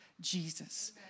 Jesus